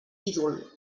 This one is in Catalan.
ídol